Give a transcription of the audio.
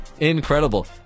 Incredible